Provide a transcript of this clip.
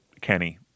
Kenny